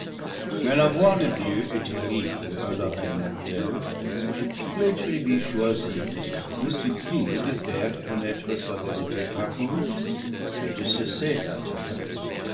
mais la voix de dieu est terrible à l'oreille mortelle les tribus choisies le supplient de faire connaître sa volonté par moïse et de cesser la terreur